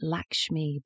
Lakshmi